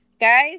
Guys